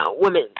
women